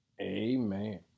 amen